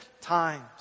times